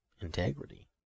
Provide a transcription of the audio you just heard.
integrity